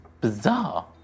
bizarre